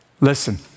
Listen